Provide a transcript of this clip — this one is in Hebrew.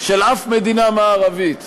של אף מדינה מערבית